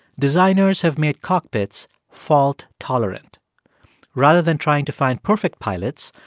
designers have made cockpits fault-tolerant. rather than trying to find perfect pilots,